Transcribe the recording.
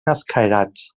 escairats